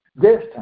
distance